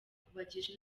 kubagisha